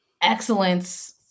excellence